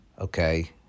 okay